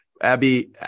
Abby